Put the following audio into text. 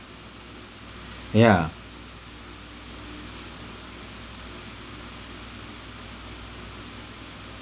yeah